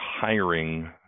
hiring